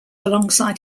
alongside